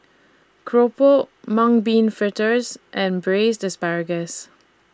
Keropok Mung Bean Fritters and Braised Asparagus